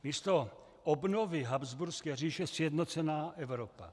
Místo obnovy habsburské říše sjednocená Evropa.